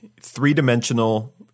three-dimensional